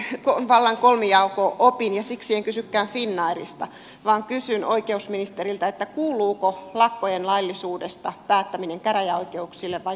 ymmärrän tämän vallan kolmijako opin ja siksi en kysykään finnairista vaan kysyn oikeusministeriltä että kuuluuko lakkojen laillisuudesta päättäminen käräjäoikeuksille vai työtuomioistuimelle